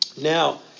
Now